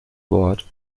wort